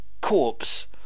corpse